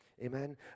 Amen